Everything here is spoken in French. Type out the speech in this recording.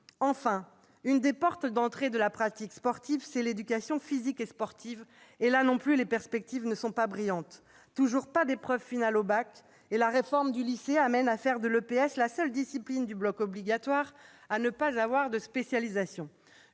Enfin, une des portes d'entrée dans la pratique sportive, c'est l'éducation physique et sportive, l'EPS. Là non plus, les perspectives ne sont pas brillantes. Toujours pas d'épreuve finale au baccalauréat, et la réforme du lycée amène à faire de l'EPS la seule discipline du bloc obligatoire à ne pas avoir de spécialisation.